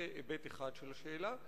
זה היבט אחד של השאלה.